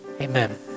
Amen